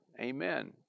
Amen